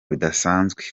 bidasanzwe